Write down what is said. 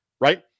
right